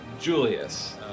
Julius